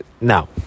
Now